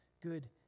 good